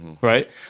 Right